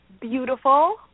beautiful